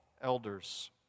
elders